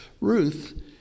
Ruth